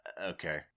okay